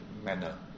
manner